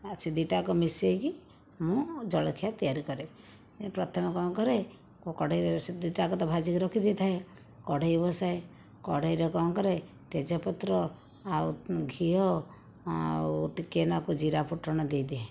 ଆ ସେ ଦୁଇଟାକ ମିସେଇକି ମୁଁ ଜଳଖିଆ ତିଆରି କରେ ପ୍ରଥମେ କ'ଣ କରେ ମୁଁ କଡ଼େଇରେ ସେ ଦୁଇଟାକ ତ ଭାଜିକି ରଖି ଦେଇଥାଏ କଢ଼େଇ ବସାଏ କଢ଼େଇରେ କ'ଣ କରେ ତେଜପତ୍ର ଆଉ ଘିଅ ଆଉ ଟିକିଏ ନାକୁ ଜିରା ଫୁଟଣ ଦେଇ ଦିଏ